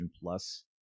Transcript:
Plus